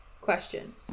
question